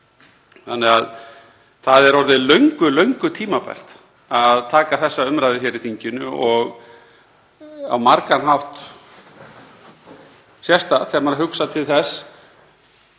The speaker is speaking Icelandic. Því er orðið löngu tímabært að taka þessa umræðu hér í þinginu og á margan hátt sérstakt, þegar maður hugsar til þess